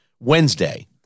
Wednesday